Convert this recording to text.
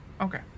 Okay